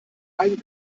ein